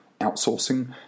outsourcing